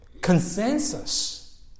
consensus